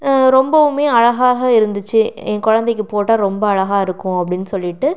ரொம்பவும் அழகாக இருந்துச்சு என் குழந்தைக்கு போட்டால் ரொம்ப அழகாக இருக்கும் அப்படினு சொல்லிட்டு